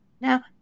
Now